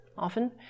often